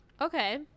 Okay